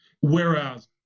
Whereas